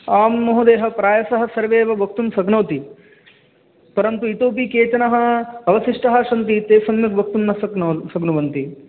आं महोदयः प्रायशः सर्वे एव वक्तुं शक्नोति परन्तु इतोऽपि केचनः अवशिष्टः सन्ति ते सम्यक् वक्तुं न शक्नुवन् न शक्नुवन्ति